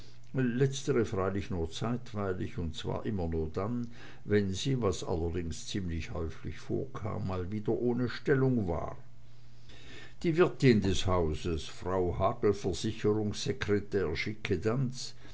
letztere freilich nur zeitweilig und zwar immer nur dann wenn sie was allerdings ziemlich häufig vorkam mal wieder ohne stellung war die wirtin des hauses frau